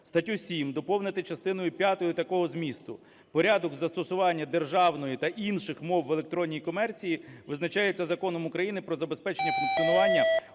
Статтю 7 доповнити частиною п’ятою такого змісту: "Порядок застосування державної та інших мов в електронній комерції визначається Законом України про забезпечення функціонування